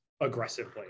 aggressively